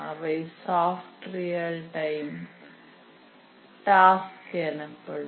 அவை soft real time task எனப்படும்